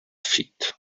feet